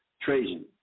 Trajan